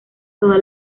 toda